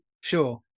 sure